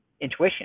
intuition